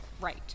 right